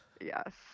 Yes